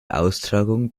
austragung